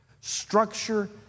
structure